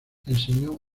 enseñó